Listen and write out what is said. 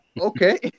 Okay